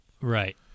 Right